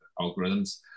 algorithms